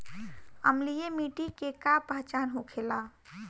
अम्लीय मिट्टी के का पहचान होखेला?